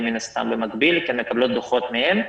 מן הסתם במקביל כי הן מקבלות דוחות מהם.